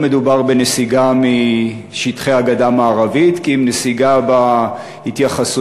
לא מדובר בנסיגה משטחי הגדה המערבית כי אם נסיגה בהתייחסויות.